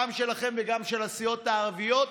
גם שלכם וגם של הסיעות הערביות?